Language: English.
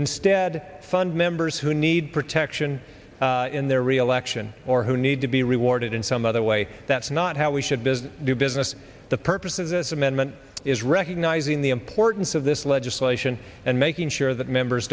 instead fund members who need protection in their reelection or who need to be rewarded in some other way that's not how we should business do business the purpose of this amendment is recognizing the importance of this legislation and making sure that members